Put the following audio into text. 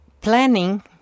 planning